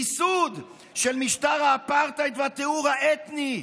מיסוד של משטר האפרטהייד והטיהור האתני,